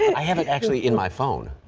i haven't actually in my phone.